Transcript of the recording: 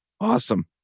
Awesome